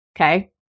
okay